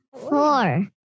Four